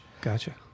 Gotcha